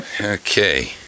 Okay